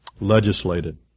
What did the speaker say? legislated